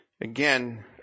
Again